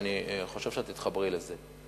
ואני חושב שאת תתחברי לזה.